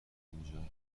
اونجا